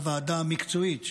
לוועדה המקצועית,